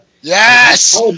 Yes